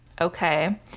Okay